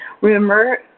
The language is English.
Remember